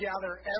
gather